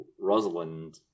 Rosalind